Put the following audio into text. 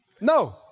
No